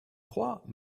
crois